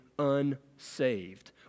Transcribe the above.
Unsaved